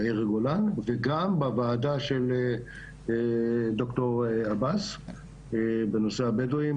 יאיר גולן, וגם בוועדה של ד"ר עבאס בנושא הבדואים.